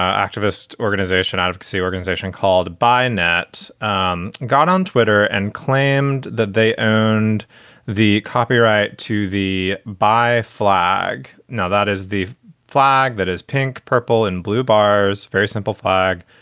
activist organization, advocacy organization called by and that um got on twitter and claimed that they owned the copyright to the buy flag. now, that is the flag that is pink, purple and blue bars. very simple flag.